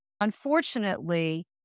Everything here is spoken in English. unfortunately